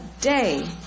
day